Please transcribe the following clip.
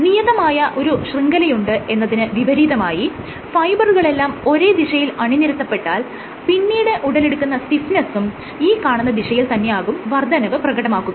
നിയതമായ ഒരു ശൃംഖലയുണ്ട് എന്നതിന് വിപരീതമായി ഫൈബറുകളെല്ലാം ഒരേ ദിശയിൽ അണിനിരത്തപ്പെട്ടാൽ പിന്നീട് ഉടലെടുക്കുന്ന സ്റ്റിഫ്നെസ്സും ഈ കാണുന്ന ദിശയിൽ തന്നെയാകും വർദ്ധനവ് പ്രകടമാക്കുക